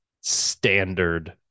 standard